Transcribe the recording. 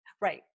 Right